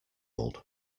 old